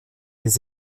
les